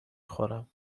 خورم